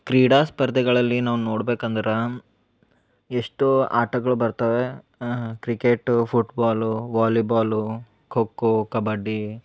ಕ್ರೀಡಾ ಸ್ಪರ್ಧೆಗಳಲ್ಲಿ ನಾವು ನೋಡ್ಬೇಕು ಅಂದ್ರೆ ಎಷ್ಟೋ ಆಟಗಳು ಬರ್ತವೆ cricket football volleyball kho kho kabaddi